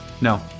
No